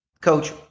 Coach